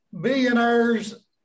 billionaires